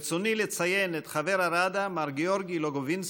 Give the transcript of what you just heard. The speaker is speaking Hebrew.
ברצוני לציין את חבר הראדה מר גיורגי לוגובינסקי,